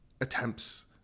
attempts